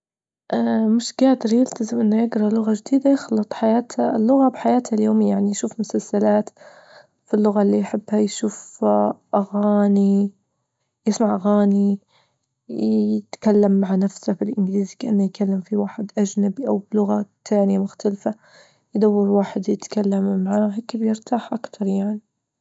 نجول له إن يب- يبدل السكر بحاجة طبيعية، يعني مثلا يأكل فواكه، ينجص شوية شوية، ما يجطع السكر مرة وحدة عشان ما يصير له ما يصير له تعب أو إنتكاسة، يركز على وجبات فيها توازن، سكر فيها معتدل عشان ما- مش كل شوية يبي الحلو، يجي في خاطره حلو، يبي يأكل حلو.